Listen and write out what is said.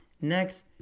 Next